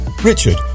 Richard